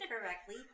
correctly